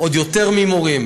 עוד יותר ממורים.